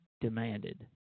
demanded